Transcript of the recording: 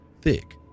thick